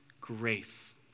grace